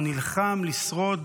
הוא נלחם לשרוד